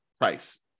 price